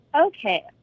Okay